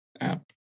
app